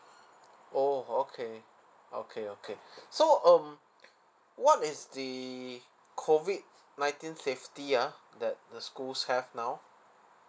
orh okay okay okay so um what is the COVID nineteen safety ah that the schools have now